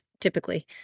typically